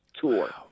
tour